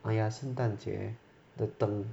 oh ya 圣诞节的灯